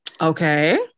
Okay